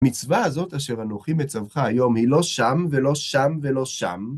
מצווה הזאת אשר אנוכי מצווך היום היא לא שם ולא שם ולא שם.